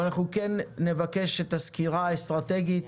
אבל אנחנו נבקש את הסקירה האסטרטגית